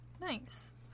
Nice